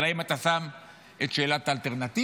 אבל האם אתה שם את שאלת האלטרנטיבה?